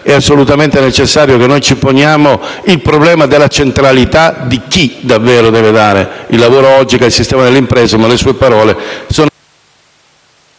assolutamente necessario che ci poniamo il problema della centralità di chi davvero deve dare il lavoro oggi, che è il sistema delle imprese: ma le sue parole sono